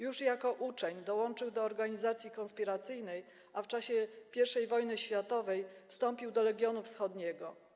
Już jako uczeń dołączył do organizacji konspiracyjnej, a w czasie I wojny światowej wstąpił do Legionu Wschodniego.